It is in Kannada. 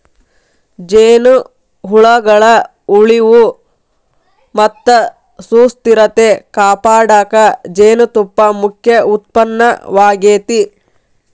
ಜೇನುಹುಳಗಳ ಉಳಿವು ಮತ್ತ ಸುಸ್ಥಿರತೆ ಕಾಪಾಡಕ ಜೇನುತುಪ್ಪ ಮುಖ್ಯ ಉತ್ಪನ್ನವಾಗೇತಿ